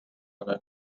olen